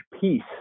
peace